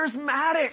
charismatic